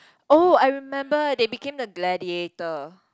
oh I remember they became the gladiator